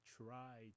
try